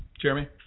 Jeremy